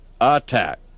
attack